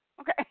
Okay